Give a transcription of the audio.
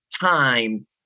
time